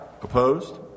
Opposed